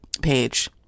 page